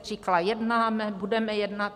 Říkala: jednáme, budeme jednat.